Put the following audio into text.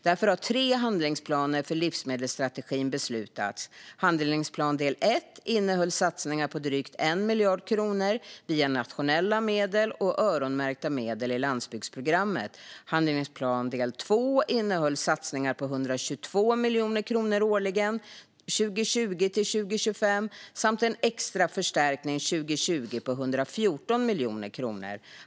Därför har tre handlingsplaner för livsmedelsstrategin beslutats. Handlingsplan del 1 innehöll satsningar på drygt 1 miljard kronor via nationella medel och öronmärkta medel i landsbygdsprogrammet. Handlingsplan del 2 innehöll satsningar på 122 miljoner kronor årligen 2020-2025 samt en extra förstärkning 2020 på 114 miljoner kronor.